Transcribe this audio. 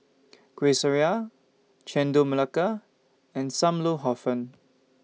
Kueh Syara Chendol Melaka and SAM Lau Hor Fun